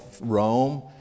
Rome